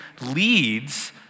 leads